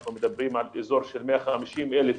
אנחנו מדברים על אזור של 150,000 אלף,